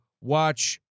watch